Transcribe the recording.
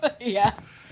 yes